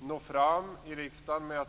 nå fram i riksdagen.